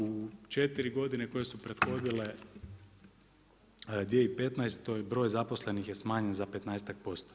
U 4 godine koje su prethodile 2015. broj zaposlenih je smanjen za 15-ak%